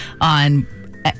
on